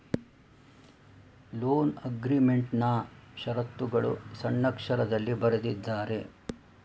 loan ಅಗ್ರೀಮೆಂಟ್ನಾ ಶರತ್ತುಗಳು ಸಣ್ಣಕ್ಷರದಲ್ಲಿ ಬರೆದಿದ್ದಾರೆ